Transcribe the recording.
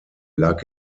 lag